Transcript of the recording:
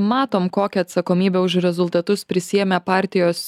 matom kokią atsakomybę už rezultatus prisiėmė partijos